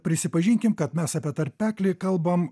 prisipažinkim kad mes apie tarpeklį kalbam